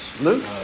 Luke